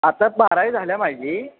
आताच बारावी झाली माझी